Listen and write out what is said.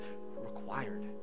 required